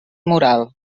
moral